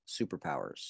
superpowers